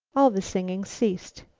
all the singing ceased.